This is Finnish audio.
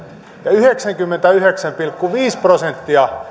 ja yhdeksänkymmentäyhdeksän pilkku viisi prosenttia